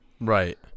Right